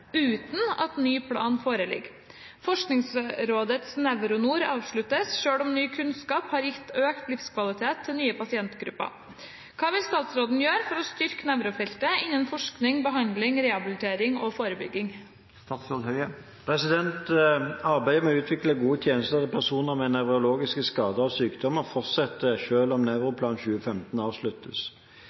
uten at ny plan foreligger. Forskningsrådets NevroNor avsluttes, selv om ny kunnskap har gitt økt livskvalitet til nye pasientgrupper. Hva vil statsråden gjøre for å styrke nevrofeltet innen forskning, behandling, rehabilitering og forebygging?» Arbeidet med å utvikle gode tjenester til personer med nevrologiske skader og sykdommer fortsetter selv om Nevroplan 2015 avsluttes.